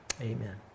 Amen